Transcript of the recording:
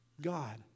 God